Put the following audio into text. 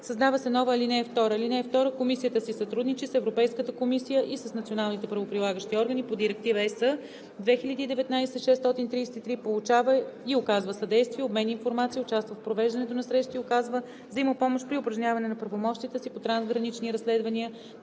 Създава се нова ал. 2: „(2) Комисията си сътрудничи с Европейската комисия и с националните правоприлагащи органи по Директива (ЕС) 2019/633, получава и оказва съдействие, обменя информация, участва в провеждането на срещи и оказва взаимопомощ при упражняване на правомощията си по трансгранични разследвания